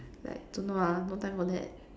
like don't know lah no time for that